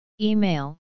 Email